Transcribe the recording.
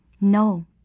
No